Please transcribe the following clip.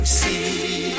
see